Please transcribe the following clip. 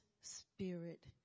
spirit